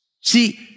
See